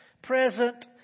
Present